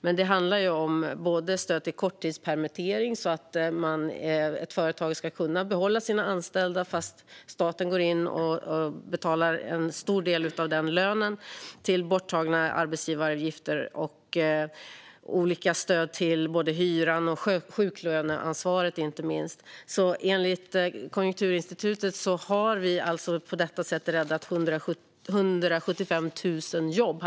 Men det handlar om stöd till korttidspermittering, så att ett företag ska kunna behålla sina anställda genom att staten betalar en stor del av lönen. Det handlar om borttagna arbetsgivaravgifter och olika stöd till hyran, och det handlar inte minst om sjuklöneansvaret. Enligt Konjunkturinstitutet har vi alltså på detta sätt räddat 175 000 jobb.